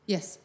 Yes